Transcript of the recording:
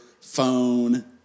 phone